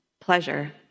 pleasure